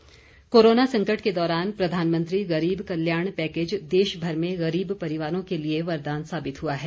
गरीब कल्याण कोरोना संकट के दौरान प्रधानमंत्री गरीब कल्याण पैकेज देशभर में गरीब परिवारों के लिए वरदान साबित हुआ है